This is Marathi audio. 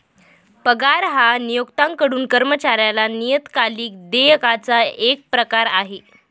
पगार हा नियोक्त्याकडून कर्मचाऱ्याला नियतकालिक देयकाचा एक प्रकार आहे